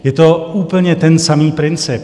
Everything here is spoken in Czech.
Je to úplně ten samý princip.